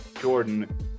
jordan